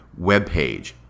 webpage